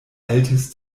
altes